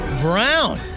Brown